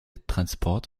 transport